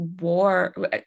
war